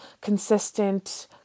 consistent